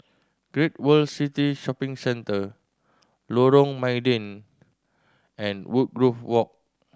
Great World City Shopping Centre Lorong Mydin and Woodgrove Walk